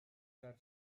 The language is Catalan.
ser